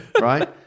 right